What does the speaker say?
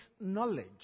knowledge